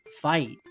fight